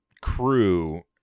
crew